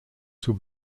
zur